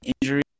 injury